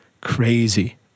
Crazy